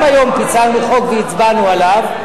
גם היום פיצלנו חוק והצבענו עליו,